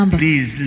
please